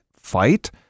fight